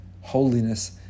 Holiness